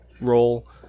role